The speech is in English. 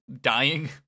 dying